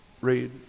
Read